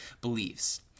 beliefs